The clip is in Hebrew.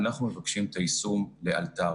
אנחנו מבקשים את היישום לאלתר